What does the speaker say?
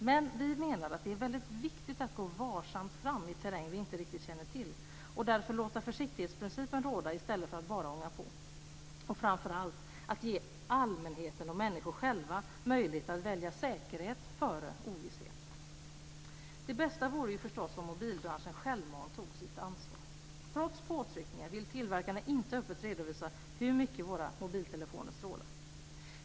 Men vi menar att det är väldigt viktigt att gå varsamt fram i terräng vi inte riktigt känner till och att därför låta försiktighetsprincipen råda i stället för att bara ånga på - och framför allt: att ge allmänheten och människor själva möjlighet att välja säkerhet före ovisshet. Det bästa vore förstås om mobilbranschen självmant tog sitt ansvar. Trots påtryckningar vill tillverkarna inte öppet redovisa hur mycket våra mobiltelefoner strålar.